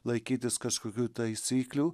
laikytis kažkokių taisyklių